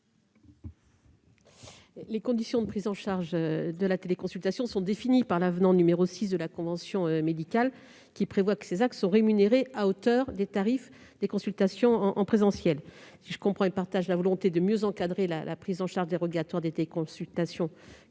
Les conditions de prise en charge de la téléconsultation sont définies par l'avenant n° 6 à la convention médicale : ces actes sont rémunérés à hauteur des tarifs des consultations en présentiel. Si je comprends et partage la volonté de mieux encadrer la prise en charge dérogatoire des téléconsultations